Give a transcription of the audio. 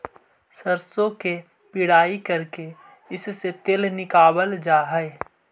सरसों की पिड़ाई करके इससे तेल निकावाल जा हई